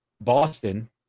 boston